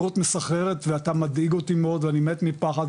במהירות מסחררת ואתה מדאיג אותי מאוד ואני מת מפחד,